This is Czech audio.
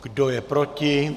Kdo je proti?